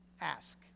Ask